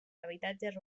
habitatges